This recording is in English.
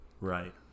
Right